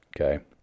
okay